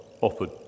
offered